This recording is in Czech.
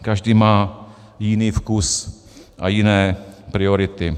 Každý má jiný vkus a jiné priority.